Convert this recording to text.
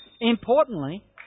importantly